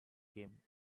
game